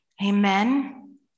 Amen